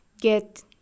get